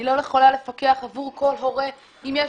אני לא יכולה לפקח עבור כל הורה אם יש